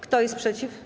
Kto jest przeciw?